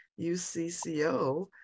UCCO